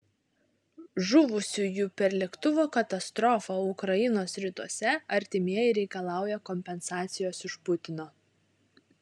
žuvusiųjų per lėktuvo katastrofą ukrainos rytuose artimieji reikalauja kompensacijos iš putino